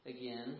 again